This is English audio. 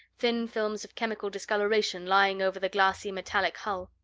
thin films of chemical discoloration lying over the glassy metallic hull.